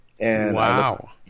Wow